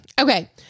Okay